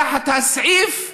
תחת הסעיף,